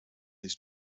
his